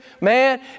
Man